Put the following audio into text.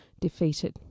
defeated